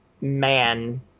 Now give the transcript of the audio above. man